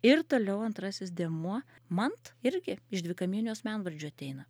ir toliau antrasis dėmuo mant irgi iš dvikamienio asmenvardžio ateina